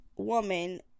Woman